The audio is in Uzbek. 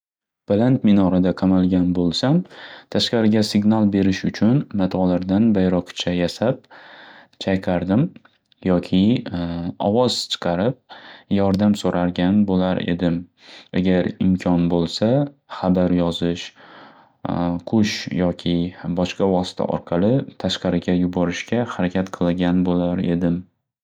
Baland minorada qamalgan bo'lsam tashqariga signal berish uchun matolardan bayroqcha yasab chayqardim, yoki ovoz chiqarib yordam so'ralgan bo'lar edim. Agar imkon bo'lsa xabar yozish, qush yoki boshqa vosita orqali tashqariga yuborishga harakat qilgan bo'lar edim.